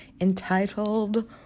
entitled